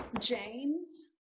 James